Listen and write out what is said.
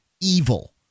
evil